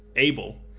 able,